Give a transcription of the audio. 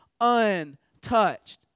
untouched